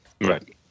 Right